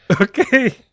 Okay